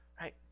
right